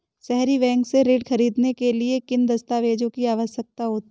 सहरी बैंक से ऋण ख़रीदने के लिए किन दस्तावेजों की आवश्यकता होती है?